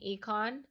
econ